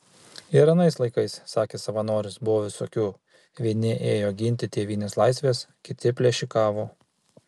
ir anais laikais sakė savanoris buvo visokių vieni ėjo ginti tėvynės laisvės kiti plėšikavo